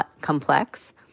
complex